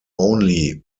only